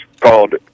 called